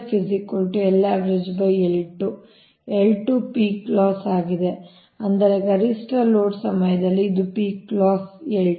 L2 peak loss ಆಗಿದೆ ಅಂದರೆ ಗರಿಷ್ಠ ಲೋಡ್ ಸಮಯದಲ್ಲಿ ಇದು ಪೀಕ್ ಲಾಸ್ L2